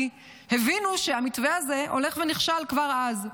כי הבינו שהמתווה הזה הולך ונכשל כבר אז.